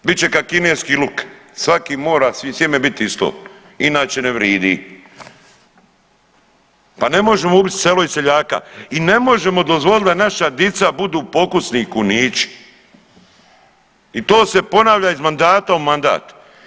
Bit će ka kineski luk svaki mora sjeme bit isto inače ne vridi, pa ne možemo ubit selo i seljaka i ne možemo dozvolit da naša dica budu pokusni kunići i to se ponavlja iz mandata u mandat.